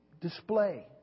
display